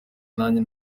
nanjye